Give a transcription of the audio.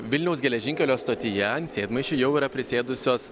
vilniaus geležinkelio stotyje ant sėdmaišių jau yra prisėdusios